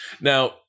now